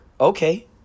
Okay